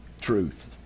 truth